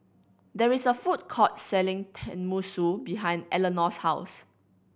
there is a food court selling Tenmusu behind Eleanor's house